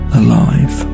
alive